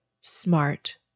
smart